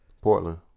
Portland